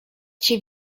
cię